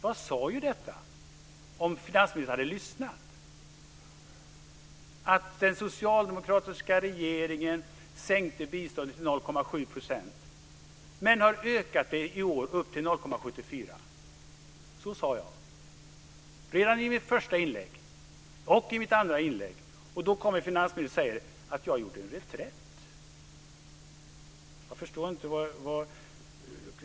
Om finansministern hade lyssnat hade han hört att jag sade detta: Den socialdemokratiska regeringen sänkte biståndet till 0,7 % men har ökat det i år till 0,74 %. Så sade jag redan i mitt första inlägg, och jag sade det i mitt andra inlägg. Trots det säger finansministern att jag har gjort en reträtt.